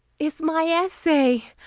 it's my essay.